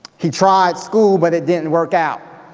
he tried school, but it didn't work out.